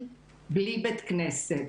בלי בית כנסת,